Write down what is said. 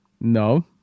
no